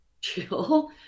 chill